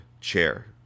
chair